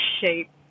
shape